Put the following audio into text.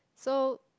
so